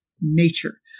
nature